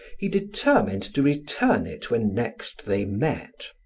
he determined to return it when next they met.